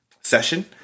session